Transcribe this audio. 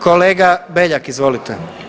Kolega Beljak, izvolite.